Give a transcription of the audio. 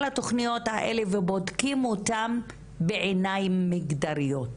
התוכניות האלה ובודקים אותן בעיניים מגדריות.